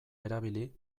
erabili